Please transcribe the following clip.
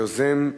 היוזם,